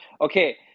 Okay